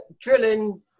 drilling